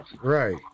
Right